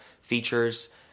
features